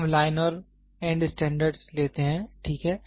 अब हम लाइन और एंड मेजरमेंट्स लेते हैं ठीक है